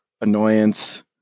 annoyance